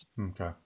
Okay